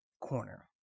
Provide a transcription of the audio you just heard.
corner